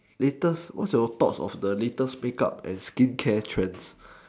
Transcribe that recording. latest what's your thought of the latest makeup and skincare trend